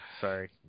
Sorry